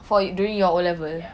ya